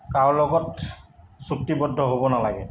কাৰো লগত চুক্তিবদ্ধ হ'ব নালাগে